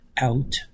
out